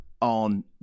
on